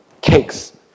cakes